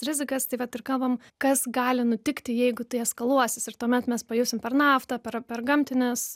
rizikas tai vat ir kalbam kas gali nutikti jeigu tai eskaluosis ir tuomet mes pajusim per naftą per per gamtines